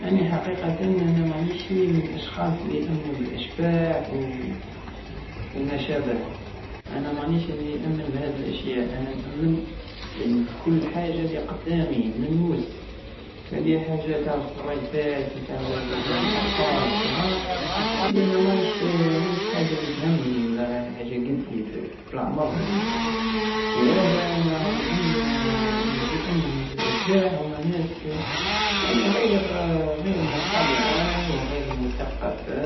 يعني حقيقة انا مانيشي من الاشخاص الي يامنو بالاشباح و وماشابه انا مانيش من تدالي يامن بهاد الاشياء انا نامن بكل حاجة قدامي ملموسة وهادي حاجة تع الخريفات تع الاطفال الصغار هادي انا ماهيش- ماهيش حاجة الي تهمني ولا راهي حاجة قدي في لعمر ولا لهادا انا انظن انو لامنو بالاشباح هما ناس يعني غير مطلعة وغير متقفة